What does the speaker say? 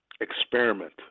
experiment